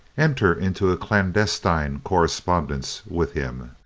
enter into a clandestine correspondence with him.